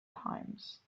times